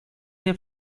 nie